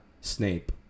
Snape